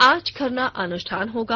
आज खरना अनुष्ठान होगा